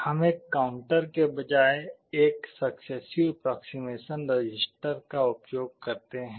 हम एक काउंटर के बजाय एक सक्सेसिव अप्प्रोक्सिमशन रजिस्टर का उपयोग करते हैं